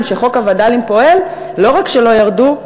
שחוק הווד"לים פועל לא רק שלא ירדו,